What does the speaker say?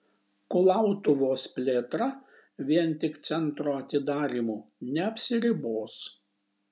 kulautuvos plėtra vien tik centro atidarymu neapsiribos